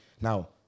Now